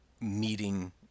meeting